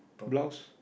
blouse